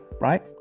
right